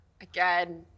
Again